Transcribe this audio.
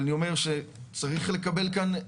אבל אני אומר שצריך לקבל כאן,